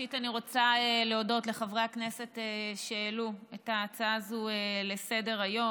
ראשית אני רוצה להודות לחברי הכנסת שהעלו את ההצעה הזו לסדר-היום,